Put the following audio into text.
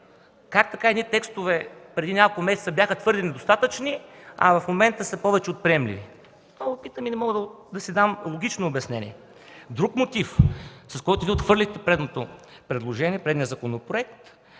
Как така едни текстове преди няколко месеца бяха твърде недостатъчни, а в момента са повече от приемливи?! Само питам, но не мога да си дам логично обяснение. Друг мотив, с който отхвърлихте предното предложение, предишния законопроект,